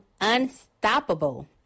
unstoppable